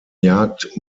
jagd